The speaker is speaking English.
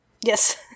Yes